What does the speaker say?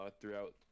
throughout –